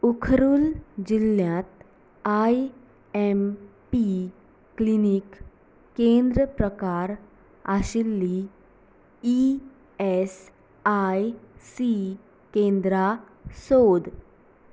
उखरुल जिल्ल्यांत I M P clinic केंद्र प्रकार आशिल्लीं ई एस आय सी केंद्रां सोद